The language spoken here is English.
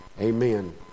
amen